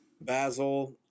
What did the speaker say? Basil